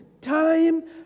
time